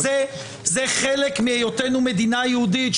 זה חלק מהיות המדינה מדינה יהודית,